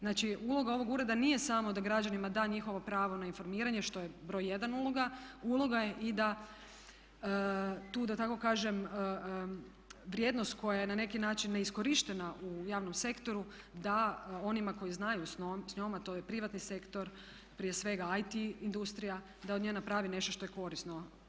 Znači, uloga ovog ureda nije samo da građanima da njihovo pravo na informiranje što je broj jedan uloga, uloga je tu da tako kažem vrijednost koja je na neki način neiskorištena u javnom sektoru da onima koji znaju s njome a to je privatni sektor prije svega IT industrija da od nje naprave nešto što je korisno.